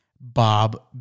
Bob